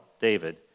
David